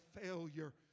failure